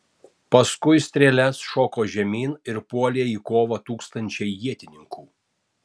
paskui strėles šoko žemyn ir puolė į kovą tūkstančiai ietininkų